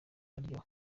araryoha